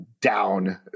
down